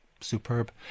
Superb